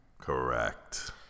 Correct